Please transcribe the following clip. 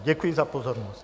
Děkuji za pozornost.